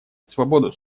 свободу